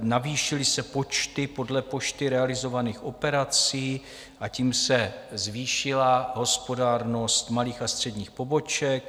Navýšily se počty podle poštou realizovaných operací a tím se zvýšila hospodárnost malých a středních poboček.